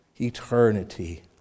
eternity